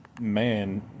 man